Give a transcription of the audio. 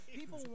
people